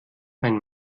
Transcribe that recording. mein